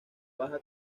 baja